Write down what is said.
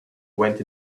went